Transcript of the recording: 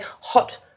hot